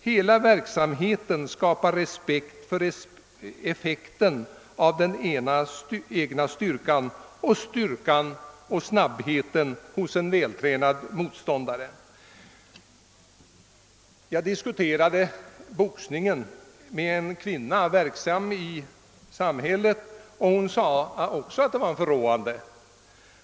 Hela verksamheten skapar respekt för effekten av den egna styrkan och för styrkan och snabbheten hos en vältränad motståndare. Jag diskuterade boxningen med en kvinna som är verksam i samhället, och hon sade också att den var förråande.